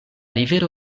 rivero